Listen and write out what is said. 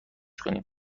کنیم